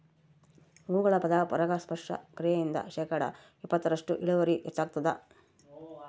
ಹೂಗಳ ಪರಾಗಸ್ಪರ್ಶ ಕ್ರಿಯೆಯಿಂದ ಶೇಕಡಾ ಇಪ್ಪತ್ತರಷ್ಟು ಇಳುವರಿ ಹೆಚ್ಚಾಗ್ತದ